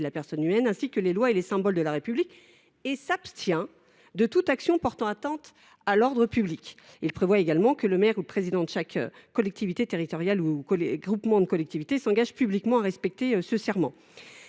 là, c’est normal –, ainsi que « les lois et les symboles de la République », et qu’il « s’abstient de toute action portant atteinte à l’ordre public ». Il dispose également que le maire ou le président de chaque collectivité territoriale ou groupement de collectivités s’engage publiquement à respecter ce serment.